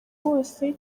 bose